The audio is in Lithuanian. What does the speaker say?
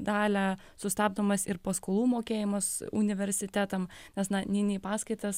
dalią sustabdomas ir paskolų mokėjimas universitetam nes na neini į paskaitas